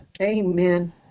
Amen